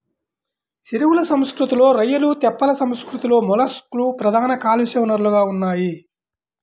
చెరువుల సంస్కృతిలో రొయ్యలు, తెప్పల సంస్కృతిలో మొలస్క్లు ప్రధాన కాలుష్య వనరులుగా ఉన్నాయి